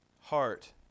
heart